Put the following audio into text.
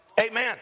amen